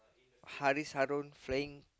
Harris Harun playing